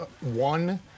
one